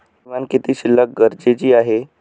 किमान किती शिल्लक गरजेची आहे?